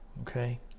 okay